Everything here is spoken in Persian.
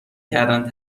کردن